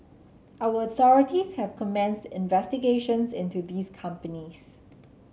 our authorities have commenced investigations into these companies